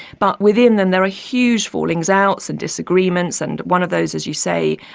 but within them there are huge fallings outs and disagreements and one of those, as you say,